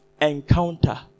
encounter